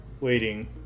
waiting